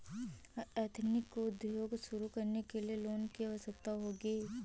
Ethnic उद्योग शुरू करने लिए लोन की आवश्यकता होगी क्या?